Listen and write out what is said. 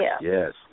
Yes